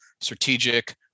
strategic